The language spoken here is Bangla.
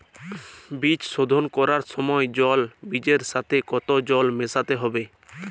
বীজ শোধন করার সময় জল বীজের সাথে কতো জল মেশাতে হবে?